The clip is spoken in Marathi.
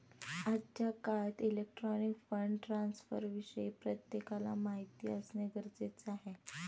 आजच्या काळात इलेक्ट्रॉनिक फंड ट्रान्स्फरविषयी प्रत्येकाला माहिती असणे गरजेचे आहे